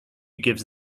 gives